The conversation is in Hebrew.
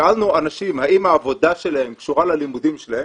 שאלנו אנשים האם העבודה שלהם קשורה ללימודים שלהם.